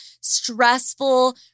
stressful